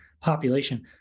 population